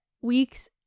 weeks